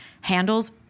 handles